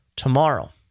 tomorrow